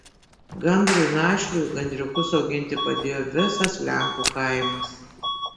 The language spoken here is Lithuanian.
gandrui našliui gandriukus auginti padėjo visas lenkų kaimas